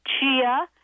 chia